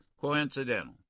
coincidental